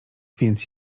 więc